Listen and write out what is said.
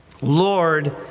Lord